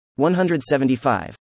175